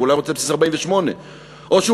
אבל אולי הוא רוצה על בסיס 48'; או שהוא